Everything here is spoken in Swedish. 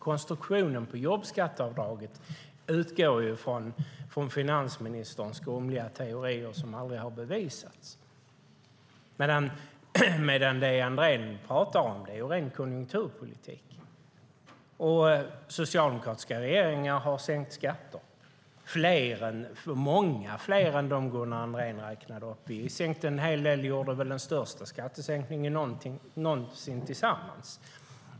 Konstruktionen för jobbskatteavdraget utgår ju ifrån finansministerns grumliga teorier, som aldrig har bevisats, medan det Andrén pratar om är ren konjunkturpolitik. Socialdemokratiska regeringar har sänkt skatter - många fler än dem Gunnar Andrén räknade upp. Vi sänkte en hel del och gjorde väl den största skattesänkningen någonsin tillsammans.